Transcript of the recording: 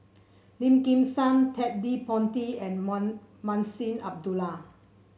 Lim Kim San Ted De Ponti and Mun Munshi Abdullah